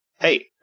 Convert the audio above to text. Hey